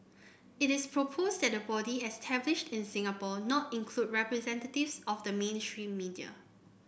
it is proposed that the body established in Singapore not include representatives of the mainstream media